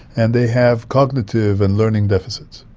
and they have cognitive and learning deficits.